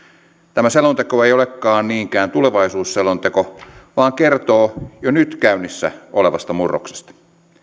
tämä selonteko ei olekaan niinkään tulevaisuusselonteko vaan kertoo jo nyt käynnissä olevasta murroksesta